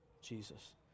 Jesus